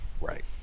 right